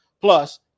Plus